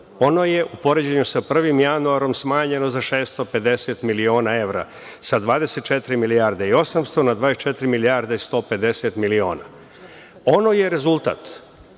Ono je u poređenju sa 1. januarom smanjeno za 650 miliona evra, sa 24 milijarde i 800 na 24 milijarde 150 miliona. Ona je rezultat